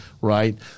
Right